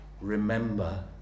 remember